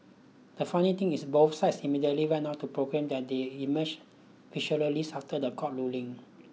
the funny thing is both sides immediately went out to proclaim that they emerged after the court ruling